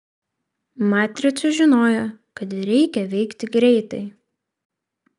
matrica žinojo kad reikia veikti greitai